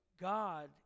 God